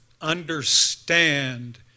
understand